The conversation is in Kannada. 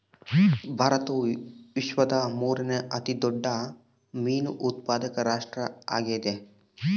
ಭಾರತವು ವಿಶ್ವದ ಮೂರನೇ ಅತಿ ದೊಡ್ಡ ಮೇನು ಉತ್ಪಾದಕ ರಾಷ್ಟ್ರ ಆಗ್ಯದ